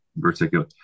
particular